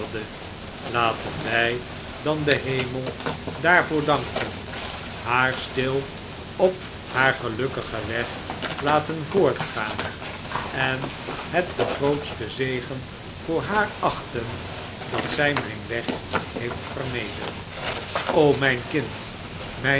laten wij dan den hemel daarvoor danken haar stil op haar gelukkigen weg laten voortgaan en het den grootsten zegen voor haar achten dat zij mijn weg heeft vermeden n o mijn kind